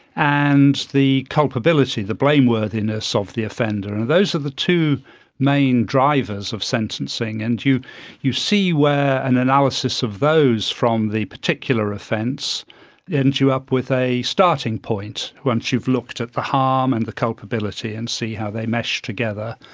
and the culpability, the blameworthiness of the offender, and those are the two main drivers of sentencing, and you you see where an analysis of those from the particular offence ends you up with a starting point once you've looked at the harm and the culpability and see how they mesh together.